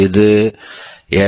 இது எஸ்